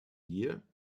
year